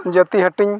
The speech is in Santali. ᱡᱟᱛᱤ ᱦᱟᱹᱴᱤᱝ